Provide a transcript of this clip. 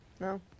No